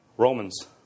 Romans